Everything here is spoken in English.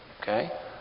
Okay